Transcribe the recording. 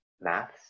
maths